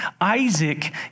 Isaac